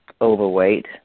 overweight